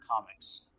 comics